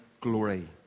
glory